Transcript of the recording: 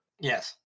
Yes